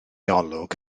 olwg